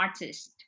artist